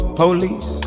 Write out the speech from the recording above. police